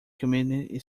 community